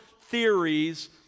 theories